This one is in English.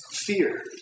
fear